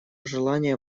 желания